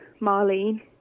Marlene